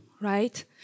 right